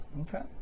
Okay